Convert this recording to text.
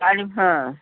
କାଲି ହଁ